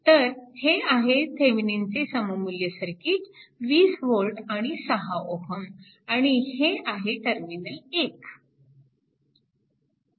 तर हे आहे थेविनिनचे सममुल्य सर्किट 20V आणि 6 Ω आणि हे आहे टर्मिनल 1